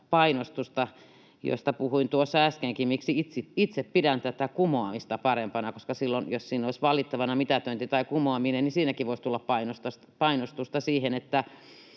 painostusta. Puhuin tuossa äskenkin, miksi itse pidän kumoamista parempana, koska silloin jos siinä olisi valittavana mitätöinti tai kumoaminen, niin siinäkin voisi tulla painostusta siihen, että